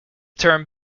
term